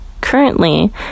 currently